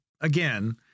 again